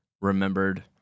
remembered—